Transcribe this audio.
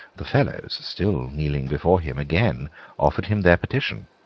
the fellows, still kneeling before him, again offered him their petition.